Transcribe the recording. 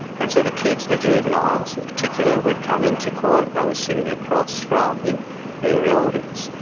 and so the kids, the juveniles in particular, would come in to court. they were sitting across from their elders.